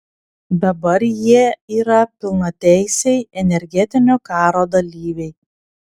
dabar jie yra pilnateisiai energetinio karo dalyviai